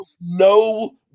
no